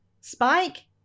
Spike